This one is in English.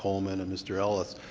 coleman and mr. ellis.